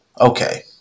Okay